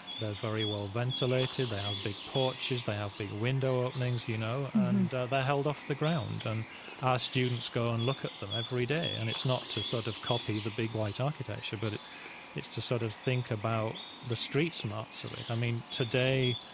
they're very well ventilated. they have big porches. they have big window openings, you know? and they're held off the ground. and our students go and look at them every day. and it's not to sort of copy the big white architecture, but it's to sort of think about the street smarts of it. i mean, today,